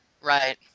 Right